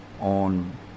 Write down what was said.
on